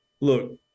look